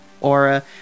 aura